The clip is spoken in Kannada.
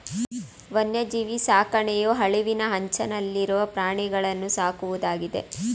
ವನ್ಯಜೀವಿ ಸಾಕಣೆಯು ಅಳಿವಿನ ಅಂಚನಲ್ಲಿರುವ ಪ್ರಾಣಿಗಳನ್ನೂ ಸಾಕುವುದಾಗಿದೆ